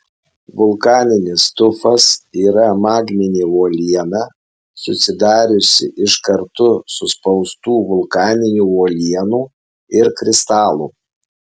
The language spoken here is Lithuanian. vulkaninis tufas yra magminė uoliena susidariusi iš kartu suspaustų vulkaninių uolienų ir kristalų